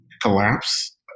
collapse